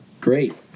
Great